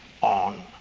on